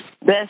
best